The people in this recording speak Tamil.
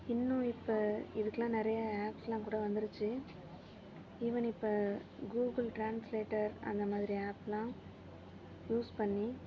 இன்னும் இப்போ இதுக்கெலாம் நிறையா ஆப்ஸ்லாம் கூட வந்துருச்சு ஈவன் இப்போ கூகுல் ட்ரான்ஸ்லேட்டர் அந்தமாதிரி ஆப்லாம் யூஸ் பண்ணி